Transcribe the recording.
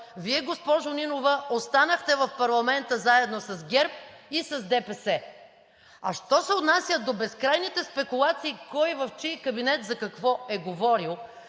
Вие, госпожо Нинова, останахте в парламента, заедно с ГЕРБ и с ДПС. А що се отнася до безкрайните спекулации кой в чий кабинет за какво е говорил?